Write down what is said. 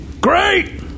Great